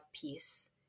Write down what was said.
peace